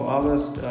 August